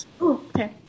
Okay